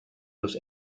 aus